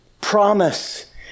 promise